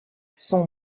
son